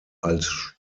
als